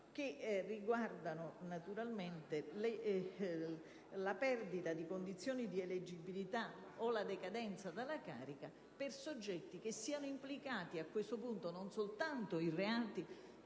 Essi riguardano la perdita di condizione di eleggibilità o la decadenza dalla carica per soggetti che siano implicati, a questo punto, non soltanto in reati